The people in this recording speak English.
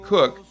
Cook